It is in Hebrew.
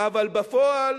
אבל בפועל